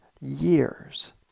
years